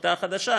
השיטה החדשה,